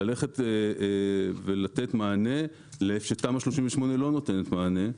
ללכת ולתת מענה איפה שתמ"א 38 לא נותנת מענה.